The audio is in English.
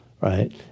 right